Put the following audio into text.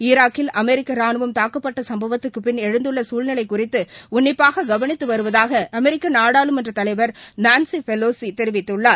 ஈராக்கில் அமெரிக்க ரானுவம் தாக்கப்பட்ட சும்பவத்துக்கு பின் எழுந்துள்ள சூழ்நிலை குறித்து உன்னிப்பாக கவனித்து வருவதாக அமெரிக்கா நாடாளுமன்ற தலைவர் நான்ஸி ஃபெலோசி தெரிவித்துள்ளார்